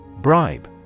Bribe